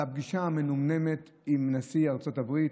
על הפגישה המנומנמת עם נשיא ארצות הברית,